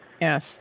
Yes